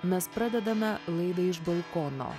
mes pradedame laidą iš balkono